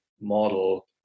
model